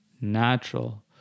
natural